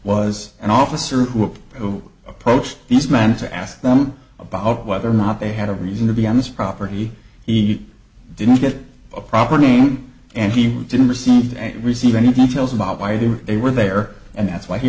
was an officer who approached these men to ask them about whether or not they had a reason to be on this property he didn't get a proper name and he didn't receive and receive anything tales about why they were they were there and that's why the